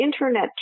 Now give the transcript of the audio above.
internet